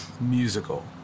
Musical